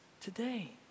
today